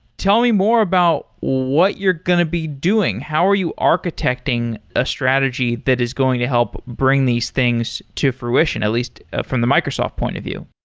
tell me more about what you're going to be doing. how are you architecting a strategy that is going to help bring these things to fruition, at least from the microsoft point of view?